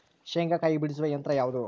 ಶೇಂಗಾಕಾಯಿ ಬಿಡಿಸುವ ಯಂತ್ರ ಯಾವುದು?